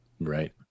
Right